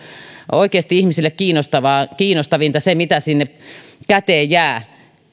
oikeasti ihmisille kiinnostavinta mitä käteen jää